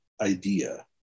idea